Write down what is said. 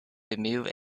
remove